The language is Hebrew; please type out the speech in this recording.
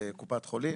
לקופות החולים.